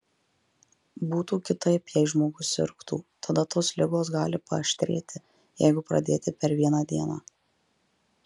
būtų kitaip jei žmogus sirgtų tada tos ligos gali paaštrėti jeigu pradėti per vieną dieną